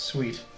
Sweet